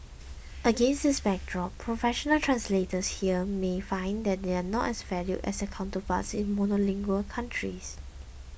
against this backdrop professional translators here may find that they are not as valued as their counterparts in monolingual countries